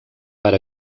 per